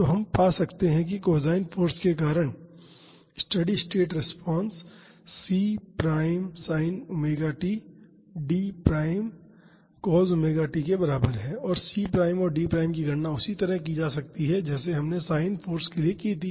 तो हम पा सकते हैं कि कोसाइन फाॅर्स के कारण steady state response C prime sin ⍵t D prime cos ⍵t के बराबर है और C प्राइम और D प्राइम की गणना उसी तरह की जा सकती है जैसे हमने साइन फाॅर्स के लिए की थी